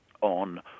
on